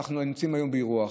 ואנחנו נמצאים היום באירוע אחר.